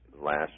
last